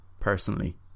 personally